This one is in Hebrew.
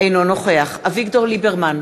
אינו נוכח אביגדור ליברמן,